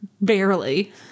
Barely